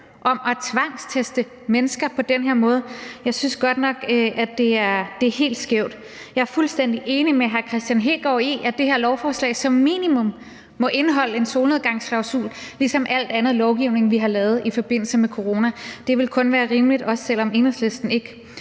om at tvangsteste mennesker på den her måde? Jeg synes godt nok, at det er helt skævt. Jeg er fuldstændig enig med hr. Kristian Hegaard i, at det her lovforslag som minimum må indeholde en solnedgangsklausul ligesom al anden lovgivning, vi har lavet i forbindelse med corona. Det vil kun være rimeligt, også selv om Enhedslisten ikke